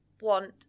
want